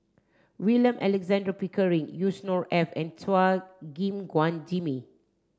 William Alexander Pickering Yusnor Ef and Chua Gim Guan Jimmy